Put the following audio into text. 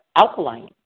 alkaline